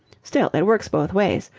still, it works both ways.